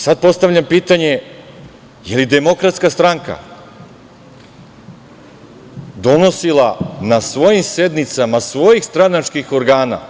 Sad postavljam pitanje – da li je DS donosila na svojim sednicama svojih stranačkih organa